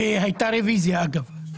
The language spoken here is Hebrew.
והייתה רוויזיה, אגב.